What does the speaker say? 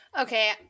Okay